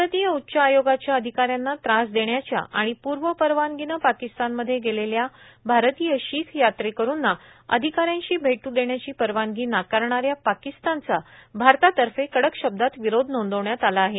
भारतीय उच्च आयोगाच्या अधिका यांना त्रास देण्याच्या आणि पूर्वपरवानगीनं पाकिस्तानमध्ये गेलेल्या आरतीय शीख यात्रेकरूंना अधिका यांशी भेट् देण्याची परवानगी नाकारणा या पाकिस्तानचा आरतातर्फ कडक शब्दात विरोध नोंदवण्यात आला आहे